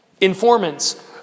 informants